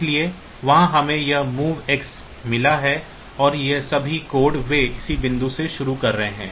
इसलिए वहां मुझे यह MOV X मिला है और ये सभी कोड वे इसी बिंदु से शुरू कर रहे हैं